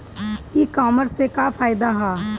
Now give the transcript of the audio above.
ई कामर्स से का फायदा ह?